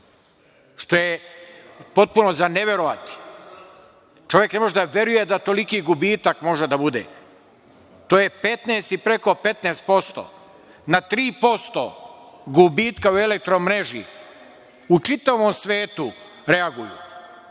što je potpuno za neverovati. Čovek ne može da veruje da toliki gubitak može da bude. To je preko 15%. Na 3% gubitka u „Elektromreži“ u čitavom svetu reaguju,